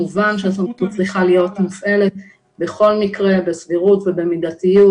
מובן שהסמכות צריכה להיות מופעלת בכל מקרה בסבירות ובמידתיות,